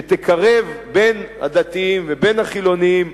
שתקרב בין הדתיים ובין החילונים.